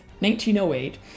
1908